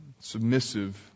submissive